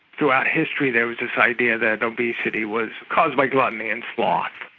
throughout history there was this idea that obesity was caused by gluttony and sloth,